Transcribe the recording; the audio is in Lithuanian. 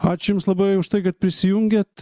ačiū jums labai už tai kad prisijungėt